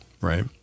Right